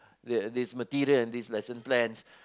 they this material and this lesson plans